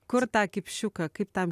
kur tą kipšiuką kaip tam